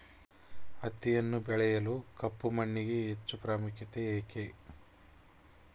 ಹತ್ತಿಯನ್ನು ಬೆಳೆಯಲು ಕಪ್ಪು ಮಣ್ಣಿಗೆ ಹೆಚ್ಚು ಪ್ರಾಮುಖ್ಯತೆ ಏಕೆ?